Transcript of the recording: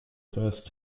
first